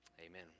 Amen